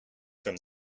from